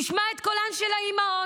תשמע את קולן של האימהות.